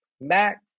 Mac